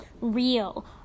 real